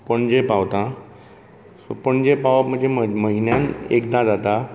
पणजे पावता पणजे पावप म्हजे म्हयन्यांत एकदां जाता